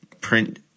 print